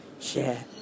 share